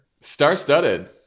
Star-studded